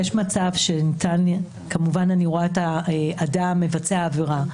אני רואה את האדם מבצע עבירה,